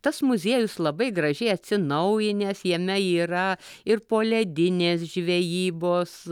tas muziejus labai gražiai atsinaujinęs jame yra ir poledinės žvejybos